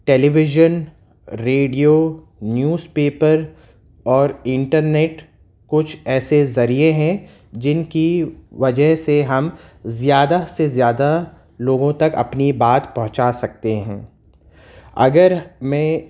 ٹیلی vision radio newspaper اور انٹرنیٹ کچھ ایسے ذریعے ہیں جن کی وجہ سے ہم زیادہ سے زیادہ لوگوں تک اپنی بات پہنچا سکتے ہیں اگر میں